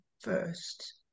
first